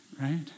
right